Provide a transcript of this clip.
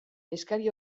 eskari